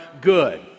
good